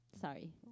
Sorry